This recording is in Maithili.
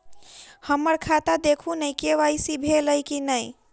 हम्मर खाता देखू नै के.वाई.सी भेल अई नै?